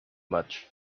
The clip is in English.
much